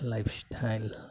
life style